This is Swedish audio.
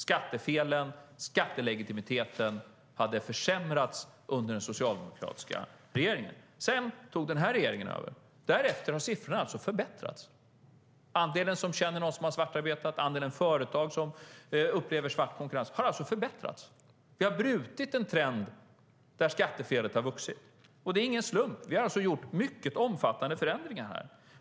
Skattefelet hade blivit större, och skattelegitimiteten hade försämrats under den socialdemokratiska regeringen. Sedan tog den här regeringen över. Därefter har siffrorna alltså förbättrats. Andelen som känner någon som har svartarbetat och andelen företag som upplever svart konkurrens har minskat. Vi har brutit en trend där skattefelet har vuxit, och det är ingen slump. Vi har gjort mycket omfattande förändringar.